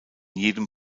jedem